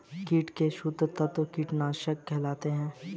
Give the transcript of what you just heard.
कीट के शत्रु तत्व कीटनाशक कहलाते हैं